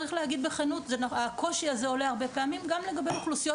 אבל צריך להגיד בכנות: הרבה פעמים הקושי הזה עולה גם לגבי אוכלוסיות